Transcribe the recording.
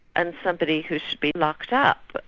and somebody who should be locked up. but